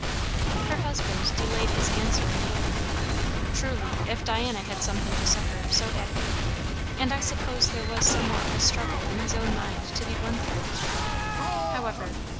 her husband delayed his answer a little truly, if diana had something to suffer, so had he and i suppose there was somewhat of a struggle in his own mind to be won through however,